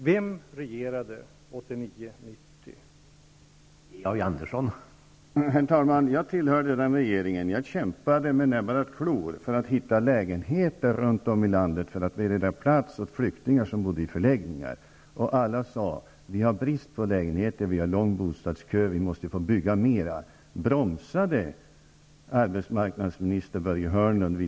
Vem regerade under 1989--1990?